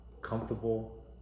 comfortable